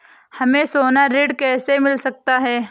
हमें सोना ऋण कैसे मिल सकता है?